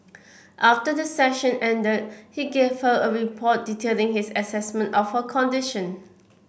after the session ended he gave her a report detailing his assessment of her condition